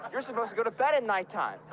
you're supposed to go to bed at nighttime.